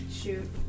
shoot